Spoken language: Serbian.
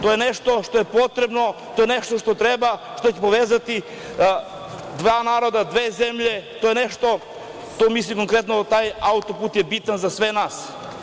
To je nešto što je potrebno, to je nešto što treba, što će povezati dva naroda, dve zemlje, to je nešto, to mislim konkretno na taj auto-put je bitan za sve nas.